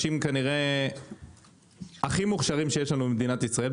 כנראה מדברים על האנשים הכי מוכשרים במדינת ישראל,